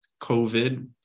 COVID